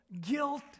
guilt